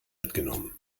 mitgenommen